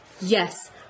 Yes